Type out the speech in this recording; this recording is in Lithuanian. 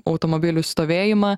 automobilių stovėjimą